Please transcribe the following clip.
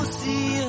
see